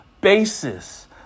basis